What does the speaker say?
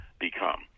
become